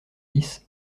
dix